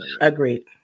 Agreed